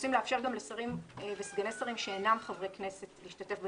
שרוצים לאפשר גם לשרים וסגני שרים שאינם חברי כנסת להשתתף בדיון.